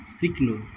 सिक्नु